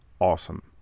awesome